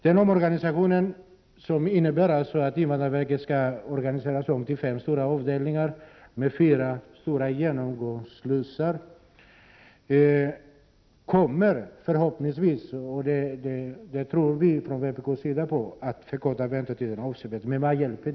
Detta förslag innebär att invandrarverket skall organiseras om till fem stora avdelningar med fyra stora genomgångsslussar. Detta kommer förhoppningsvis, vi från vpk tror på det, att innebära att väntetiderna förkortas avsevärt mycket.